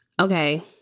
okay